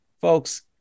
folks